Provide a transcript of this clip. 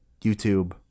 YouTube